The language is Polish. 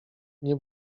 nie